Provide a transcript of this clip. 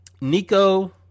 Nico